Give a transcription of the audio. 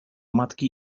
matki